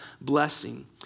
blessing